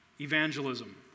evangelism